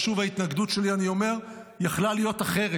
ושוב, ההתנגדות שלי, אני אומר, יכלה להיות אחרת.